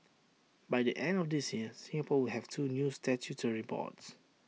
by the end of this year Singapore will have two new statutory boards